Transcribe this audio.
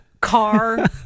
car